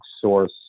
source